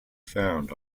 found